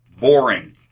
Boring